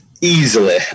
easily